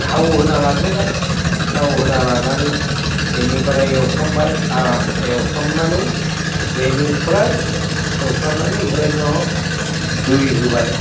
थाव होना लाग्रोबाय थाव होना लानानै बेनिफ्राय एवफ्रामबाय आरामसे एवफ्रामनानै बेनिफ्राय एवफ्रामनानै ओमफ्राय उनाव दै होबाय